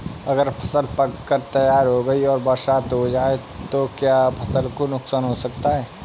अगर फसल पक कर तैयार हो गई है और बरसात हो जाए तो क्या फसल को नुकसान हो सकता है?